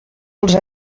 als